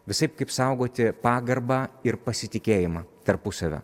visaip kaip saugoti pagarbą ir pasitikėjimą tarpusavio